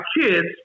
kids